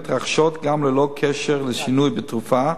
מתרחשות גם ללא קשר בתרופה,